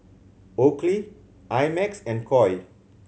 Oakley I Max and Koi